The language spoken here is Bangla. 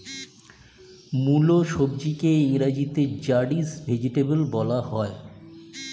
মুলো সবজিকে ইংরেজিতে র্যাডিশ ভেজিটেবল বলা হয়